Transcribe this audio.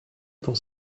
pour